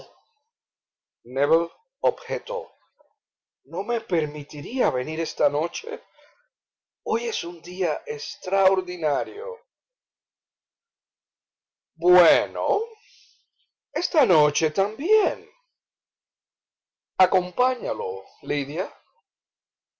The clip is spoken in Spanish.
objetó no me permitiría venir esta noche hoy es un día extraordinario bueno esta noche también acompáñalo lidia